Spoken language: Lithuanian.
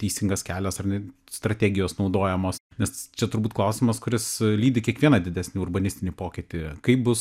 teisingas kelias ar ne strategijos naudojamos nes čia turbūt klausimas kuris lydi kiekvieną didesnį urbanistinį pokytį kaip bus